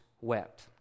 wept